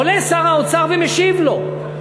עולה שר האוצר ומשיב לו,